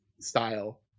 style